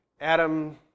Adam